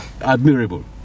admirable